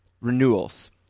renewals